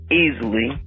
easily